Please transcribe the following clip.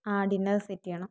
ആ dinner set ചെയ്യണം